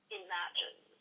imagine